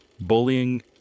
bullying